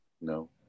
No